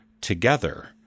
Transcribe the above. together